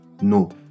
No